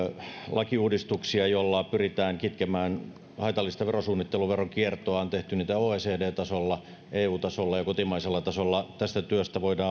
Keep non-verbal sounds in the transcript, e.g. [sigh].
lakiuudistuksia joilla pyritään kitkemään haitallista verosuunnittelua veronkiertoa on tehty niitä oecd tasolla eu tasolla ja kotimaisella tasolla tästä työstä voimme [unintelligible]